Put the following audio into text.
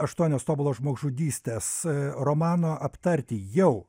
aštuonios tobulos žmogžudystės romano aptarti jau